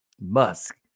Musk